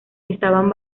estaban